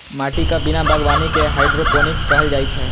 माटिक बिना बागवानी कें हाइड्रोपोनिक्स कहल जाइ छै